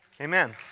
Amen